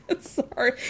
Sorry